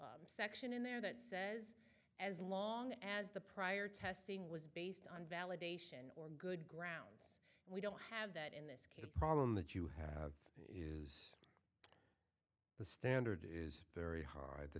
little section in there that says as long as the prior testing was based on validation or good grounds we don't have that in this case a problem that you have is the standard is very high the